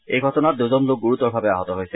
এই ঘটনাত দুজন লোক গুৰুতৰভাৱে আহত হৈছে